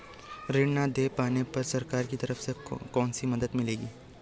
ऋण न दें पाने पर सरकार की तरफ से क्या मदद मिलेगी?